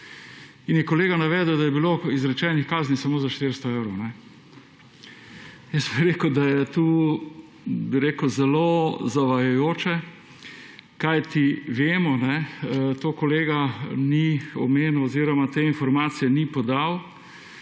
in je kolega navedel, da je bilo izrečenih kazni samo za 400 evrov. Jaz bi rekel, da je to zelo zavajajoče, kajti vemo, tega kolega ni omenil oziroma te informacije ni podal,